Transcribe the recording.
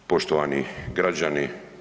Poštovani građani.